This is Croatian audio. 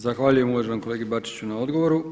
Zahvaljujem uvaženom kolegi Bačiću na odgovoru.